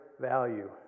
value